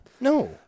No